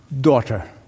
daughter